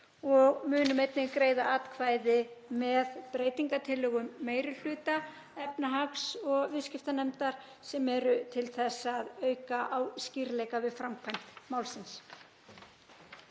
og munum einnig greiða atkvæði með breytingartillögum meiri hluta efnahags- og viðskiptanefndar sem eru til þess að auka á skýrleika við framkvæmd málsins.